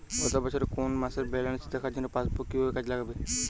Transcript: গত বছরের কোনো মাসের ব্যালেন্স দেখার জন্য পাসবুক কীভাবে কাজে লাগাব?